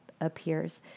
appears